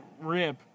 rip